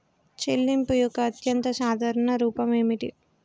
చెల్లింపు యొక్క అత్యంత సాధారణ రూపం ఏమిటి?